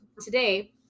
today